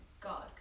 God